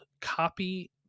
copy